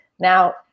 now